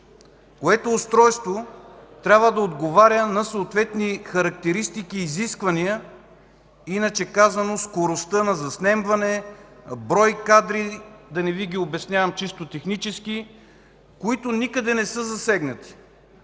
което трябва да отговаря на съответни характеристики и изисквания. Иначе казано – скорост на заснемане, брой кадри – да не ги обяснявам чисто технически, които никъде не са засегнати.